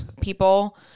people